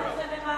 אז מה זה משנה?